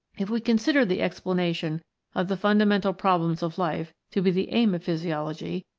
if we consider the explanation of the fundamental problems of life to be the aim of physiology,